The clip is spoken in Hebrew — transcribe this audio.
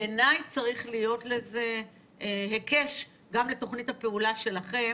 בעיני צריך להיות לזה היקש גם לתוכנית הפעולה שלכם.